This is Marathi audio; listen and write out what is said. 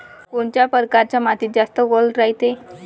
कोनच्या परकारच्या मातीत जास्त वल रायते?